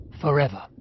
forever